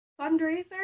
fundraiser